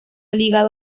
ligado